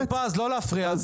טור פז, לא להפריע.